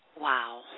Wow